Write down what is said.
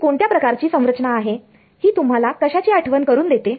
ही कोणत्या प्रकारची संरचना आहे ही तुम्हाला कशाची आठवण करून देते